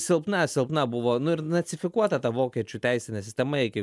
silpna silpna buvo nu ir nacifikuota ta vokiečių teisinė sistema iki